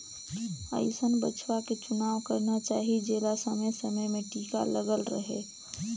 अइसन बछवा के चुनाव करना चाही जेला समे समे में टीका लगल रहें